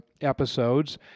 episodes